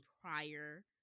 prior